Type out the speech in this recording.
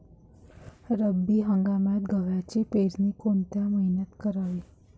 रब्बी हंगामात गव्हाची पेरनी कोनत्या मईन्यात कराव?